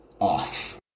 off